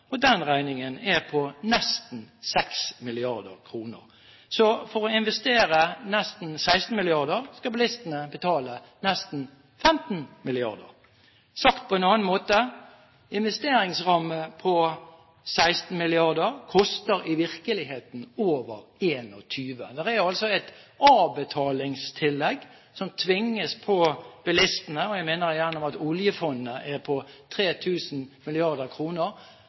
og den regningen er på nesten 6 mrd. kr. For å investere nesten 16 mrd. kr skal bilistene betale nesten 15 mrd. Sagt på en annen måte: En investeringsramme på 16 mrd. kr koster i virkeligheten over 21 mrd. Det er altså et avbetalingstillegg som tvinges på bilistene, og jeg minner igjen om at oljefondet er på